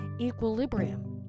equilibrium